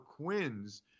Quinns